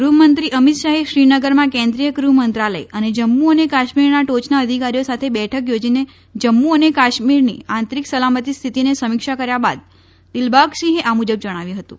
ગૃહમંત્રી અમિતશાહે શ્રીનગરમાં કેન્દ્રીય ગૃહમંત્રાલય અને જમ્મુ અને કાશ્મીરના ટોચના અધિકારીઓ સાથે બેઠક યોજીને જમ્મુ અને કાશ્મીરની આંતરિક સલામતી સ્થિતિની સમીક્ષા કર્યા બાદ દિલબાગસિંહે આ મુજબ જણાવ્યું હતું